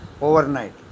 overnight